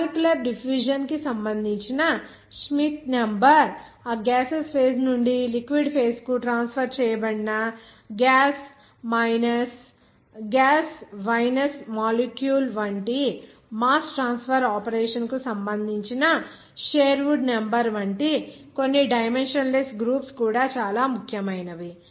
ఆ molecular diffusion కి సంబంధించిన ష్మిత్ నెంబర్ ఆ గ్యాసెస్ ఫేజ్ నుండి లిక్విడ్ ఫేజ్ కు ట్రాన్స్ఫర్ చేయబడిన గ్యాస్ వైనస్ మాలిక్యూల్ వంటి మాస్ ట్రాన్స్ఫర్ ఆపరేషన్ కి సంబంధించిన షేర్వుడ్ నెంబర్ వంటి కొన్ని డైమెన్షన్ లెస్ గ్రూప్స్ కూడా చాలా ముఖ్యమైనవి